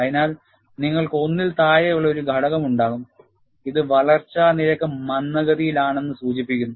അതിനാൽ നിങ്ങൾക്ക് 1 ൽ താഴെയുള്ള ഒരു ഘടകം ഉണ്ടാകും ഇത് വളർച്ചാ നിരക്ക് മന്ദഗതിയിലാണെന്ന് സൂചിപ്പിക്കുന്നു